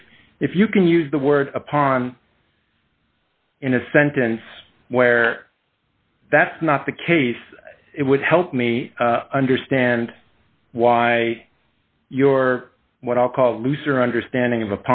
if if you can use the word upon in a sentence where that's not the case it would help me understand why your what i'll call a loser understanding of